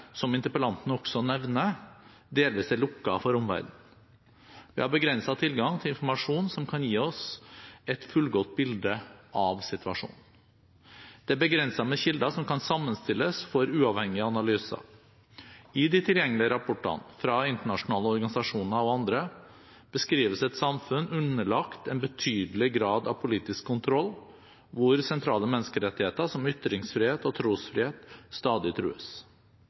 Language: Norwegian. som interpellanten også nevner, delvis er lukket for omverdenen. Vi har begrenset tilgang til informasjon som kan gi oss et fullgodt bilde av situasjonen. Det er begrenset med kilder som kan sammenstilles for uavhengige analyser. I de tilgjengelige rapportene, fra internasjonale organisasjoner og andre, beskrives et samfunn underlagt en betydelig grad av politisk kontroll hvor sentrale menneskerettigheter som ytringsfrihet og trosfrihet stadig trues.